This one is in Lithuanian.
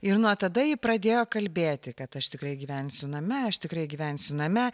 ir nuo tada ji pradėjo kalbėti kad aš tikrai gyvensiu name aš tikrai gyvensiu name